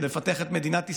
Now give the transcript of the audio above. כדי לפתח את מדינת ישראל,